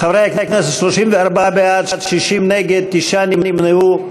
חברי הכנסת, 34 בעד, 60 נגד, תשעה נמנעו.